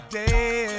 day